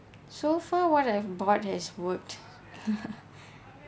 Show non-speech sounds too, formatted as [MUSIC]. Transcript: so far what I've bought has would [LAUGHS]